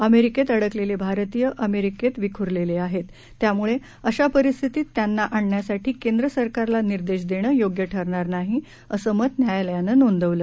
अमेरिकेत अडकलेले भारतीय अमेरिकेत विखुरलेले आहेत त्यामुळे अशा परिस्थितीत त्यांना आणण्यासाठी केंद्र सरकारला निर्देश देणं योग्य ठरणार नाही असं मत न्यायालयानं नोंदवलं